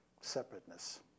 separateness